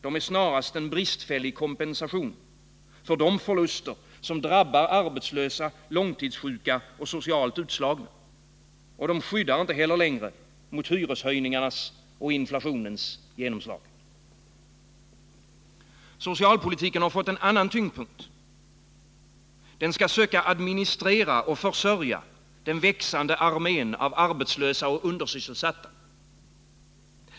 De är snarast en bristfällig kompensation för de förluster som drabbar arbetslösa, långtidssjuka och socialt utslagna. De skyddar inte längre mot hyreshöjningarnas och inflationens genomslag. Socialpolitiken har fått en annan tyngdpunkt. Den skall söka administrera och försörja den växande armén av arbetslösa och undersysselsatta.